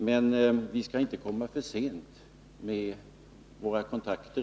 Men vi skall inte komma för sent med våra kontakter.